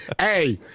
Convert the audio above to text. Hey